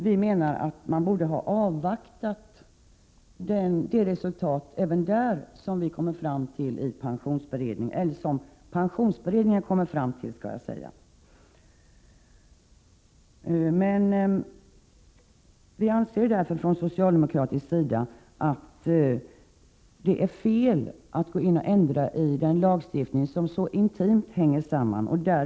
Vi menar att man även på den punkten borde ha avvaktat det resultat som pensionsberedningen kommer fram till. Vi socialdemokrater anser således att det är fel att gå in och ändra i lagstiftningen, som så intimt hänger samman med dessa frågor.